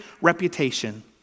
reputation